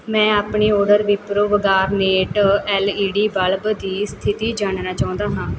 ਮੈਂ ਆਪਣੇ order Wipro Garnet L E D bulb ਦੀ ਸਥਿਤੀ ਜਾਣਨਾ ਚਾਹੁੰਦਾ ਹਾਂ